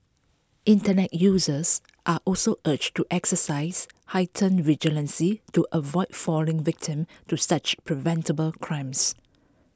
Internet users are also urged to exercise heightened vigilance to avoid falling victim to such preventable crimes